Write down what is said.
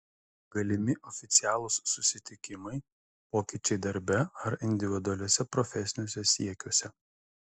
galimi oficialūs susitikimai pokyčiai darbe ar individualiuose profesiniuose siekiuose